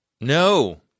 No